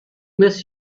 miss